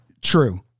True